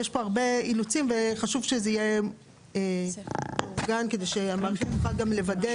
יש פה הרבה אילוצים וחשוב שזה יהיה מאורגן כדי שהמערכת תוכל גם לוודא.